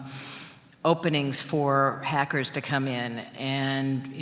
openings for hackers to come in, and you